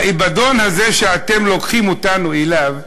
האבדון הזה שאתם לוקחים אותנו אליו,